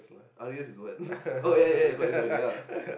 R_E_S is what oh ya ya ya correct correct ya